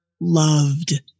loved